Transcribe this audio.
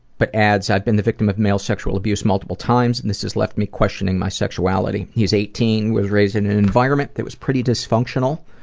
but adds i've been the victim of male sexual abuse multiple times and this has left me questioning my sexuality. he's eighteen, was raised in an environment that was pretty dysfunctional.